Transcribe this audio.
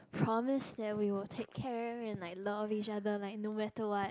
promise that we will take care and like love each other like no matter what